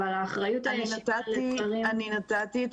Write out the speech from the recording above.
אבל האחריות הישירה --- אני נתתי את